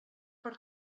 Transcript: per